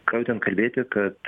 ką jau ten kalbėti kad